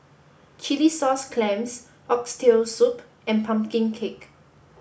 Chilli Sauce Clams Oxtail Soup and Pumpkin Cake